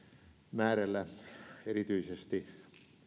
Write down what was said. määrällä erityisesti